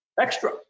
extra